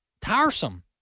tiresome